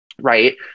right